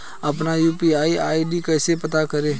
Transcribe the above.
अपना UPI ID कैसे पता करें?